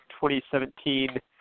2017